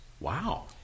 Wow